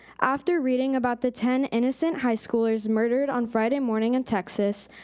after reading about the ten innocent high schoolers murdered on friday morning in texas,